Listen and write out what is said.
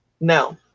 No